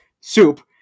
soup